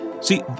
See